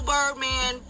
Birdman